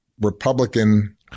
Republican